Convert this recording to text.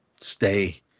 stay